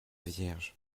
vierge